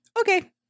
Okay